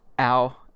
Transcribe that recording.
ow